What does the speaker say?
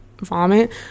vomit